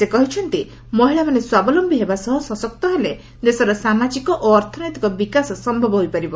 ସେ କହିଛନ୍ତି ମହିଳାମାନେ ସ୍ୱାବଲମ୍ନି ହେବା ସହ ସଶକ୍ତ ହେଲେ ଦେଶର ସାମାଜିକ ଓ ଅର୍ଥନୈତିକ ବିକାଶ ସମ୍ଭବ ହୋଇପାରିବ